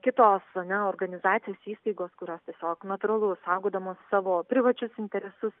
kitos organizacijos įstaigos kurios tiesiog natūralu saugodamos savo privačius interesus